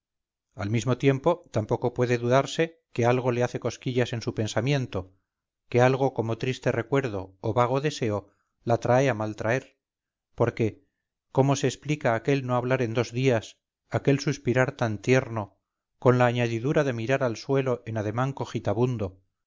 al mismo tiempo tampoco puede dudarse que algo le hace cosquillas en su pensamiento que algo como triste recuerdo o vago deseo la trae a mal traer porque cómo se explica aquel no hablar en dos días aquel suspirar tan tierno con la añadidura de mirar al suelo en ademán